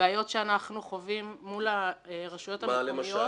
הבעיות שאנחנו חווים מול הרשויות המקומיות --- מה למשל?